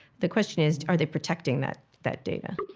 the question is, are they protecting that that data?